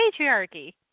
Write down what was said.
patriarchy